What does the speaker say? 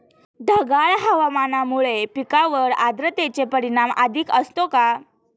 ढगाळ हवामानामुळे पिकांवर आर्द्रतेचे परिणाम अधिक असतो का?